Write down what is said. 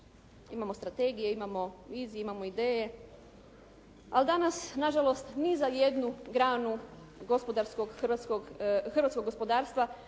Imamo strategije, imamo vizije, imamo ideje, ali danas na žalost ni za jednu granu hrvatskog gospodarstva